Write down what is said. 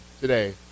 today